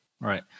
Right